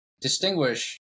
distinguish